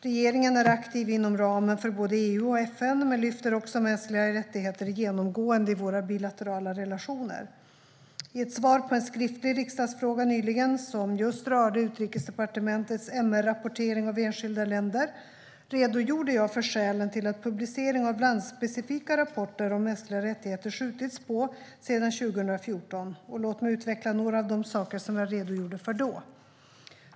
Regeringen är aktiv inom ramen för både EU och FN men lyfter också mänskliga rättigheter genomgående i våra bilaterala relationer. I ett svar på en skriftlig riksdagsfråga nyligen, som just rörde Utrikesdepartementets MR-rapportering av enskilda länder, redogjorde jag för skälen till att publicering av landspecifika rapporter om mänskliga rättigheter skjutits på sedan 2014. Låt mig utveckla några av de saker som jag redogjorde för då.